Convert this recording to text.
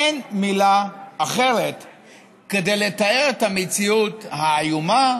אין מילה אחרת לתאר את המציאות האיומה,